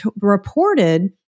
reported